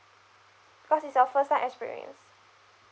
cause it's your first time experience